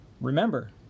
remember